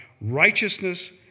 righteousness